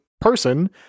person